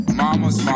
mamas